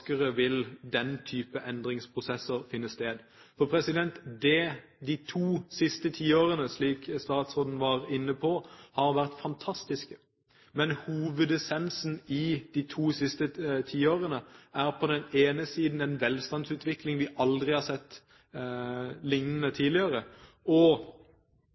to siste tiårene har, som statsråden var inne på, vært fantastiske. Men hovedessensen i de to siste tiårene er på den ene siden en velstandsutvikling vi aldri har sett tidligere, og